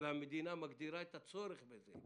והמדינה מגדירה את הצורך בזה.